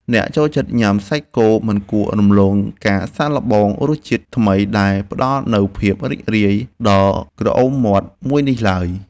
អ្នកចូលចិត្តញ៉ាំសាច់គោមិនគួររំលងការសាកល្បងរសជាតិថ្មីដែលផ្តល់នូវភាពរីករាយដល់ក្រអូមមាត់មួយនេះឡើយ។